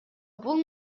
бул